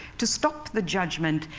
to stop the judgment.